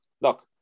look